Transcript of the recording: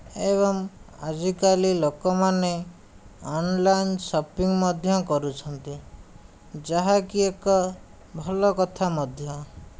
ଏବଂ ଆଜି କାଲି ଲୋକମାନେ ଅନଲାଇନ ଶପିଂ ମଧ୍ୟ କରୁଛନ୍ତି ଯାହାକି ଏକ ଭଲ କଥା ମଧ୍ୟ୍ୟ